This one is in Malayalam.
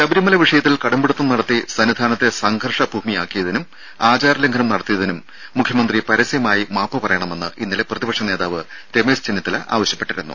ശബരിമല വിഷയത്തിൽ കടുംപിടുത്തം നടത്തി സംഘർഷഭൂമിയാക്കിയതിനും സന്നിധാനത്തെ ആചാരലംഘനം നടത്തിയതിനും മുഖ്യമന്ത്രി പരസ്യമായി മാപ്പുപറയണമെന്ന് ഇന്നലെ പ്രതിപക്ഷനേതാവ് രമേശ് ചെന്നിത്തല ആവശ്യപ്പെട്ടിരുന്നു